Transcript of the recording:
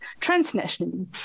transnationally